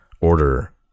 order